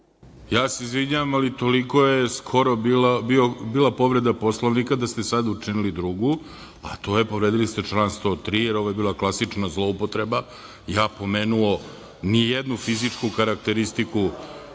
Ja se izvinjavam, toliko je skoro bila povreda Poslovnika da ste sada učinili drugu, a to je povredili ste član 103. jer ovo je bila klasična zloupotreba. Ja pomenuo ni jednu fizičku karakteristiku